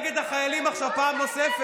אתה הצבעת נגד החיילים עכשיו פעם נוספת,